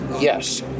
yes